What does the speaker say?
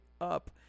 up